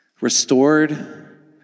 restored